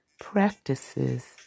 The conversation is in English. practices